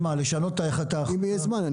לשנות את הסכום?